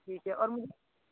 ठीक है और मुझे